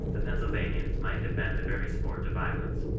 the pennsylvanians might have been the very sport of violence.